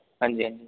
हां जी